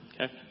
Okay